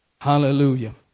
Hallelujah